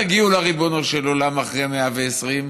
תגיעו לריבונו של עולם אחרי 120,